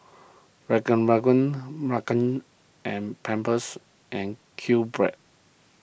Kanken and Pampers and Qbread